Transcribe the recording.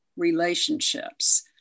relationships